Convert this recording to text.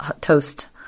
toast